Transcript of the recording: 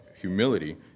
humility